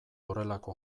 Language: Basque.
horrelako